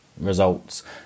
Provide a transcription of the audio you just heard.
results